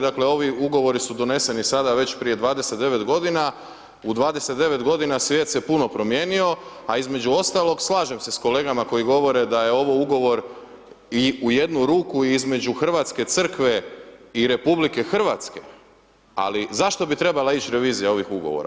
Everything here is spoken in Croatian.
Dakle, ovi ugovori su doneseni sada već prije 29 g. U 29 g. svijet se puno promijenio, a između ostalog, slažem se s kolegama koje govore da je ovo ugovor i u jednu ruku između hrvatske Crkve i RH, ali zašto bi trebala revizija ovih ugovora.